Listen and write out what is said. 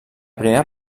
primera